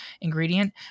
ingredient